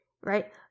right